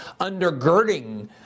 undergirding